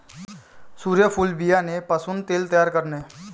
सूर्यफूल बियाणे पासून तेल तयार करणे